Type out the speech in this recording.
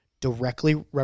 Directly